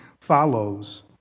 follows